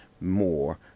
more